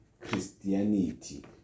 Christianity